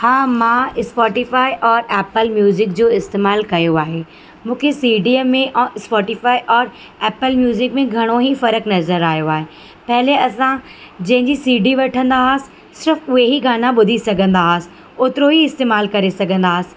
हा मां स्पॉटिफाई और एप्पल म्यूज़िक जो इस्तेमालु कयो आहे मूंखे सीडीअ में और स्पॉटिफाई और एप्पल म्यूज़िक में घणो ई फ़र्क़ु नज़र आयो आहे पहिले असां जंहिंजी सी डी वठंदासीं सिर्फ़ु उहे ई गाना ॿुधी सघंदासीं ओतिरो ई इस्तेमालु करे सघंदासीं